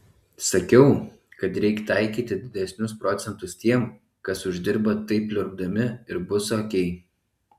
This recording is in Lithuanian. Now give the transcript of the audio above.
sakiau kad reik taikyti didesnius procentus tiem kas uždirba taip pliurpdami ir bus okei